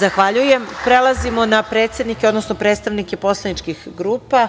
Zahvaljujem. Prelazimo na predsednike, odnosno predstavnike poslaničkih grupa.